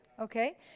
Okay